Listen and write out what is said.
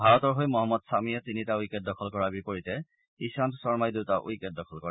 ভাৰতৰ হৈ মহম্মদ খামীয়ে তিনিটা উইকেট দখল কৰাৰ বিপৰীতে ঈশান্ত শৰ্মহি দুটা উইকেট দখল কৰে